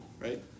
right